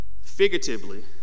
figuratively